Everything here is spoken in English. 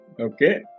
Okay